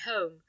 home